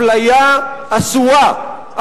אפליה אסורה,